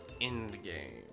Endgame